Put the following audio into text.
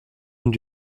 und